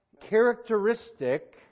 characteristic